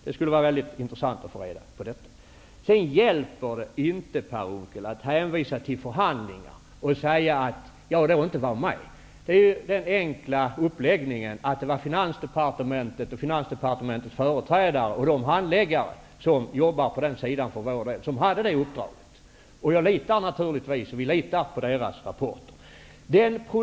Det skulle vara mycket intressant att få reda på detta. Det hjälper inte, Per Unckel, att hänvisa till förhandlingar och säga att jag inte var med. Det är den enkla uppläggningen, att det var Finansdepartementets företrädare och de handläggare som för vår del arbetar på den sidan som hade detta uppdrag. Jag litar naturligtvis på deras rapporter.